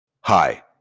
Hi